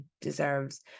deserves